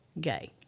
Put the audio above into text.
gay